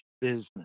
business